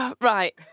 Right